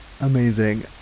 amazing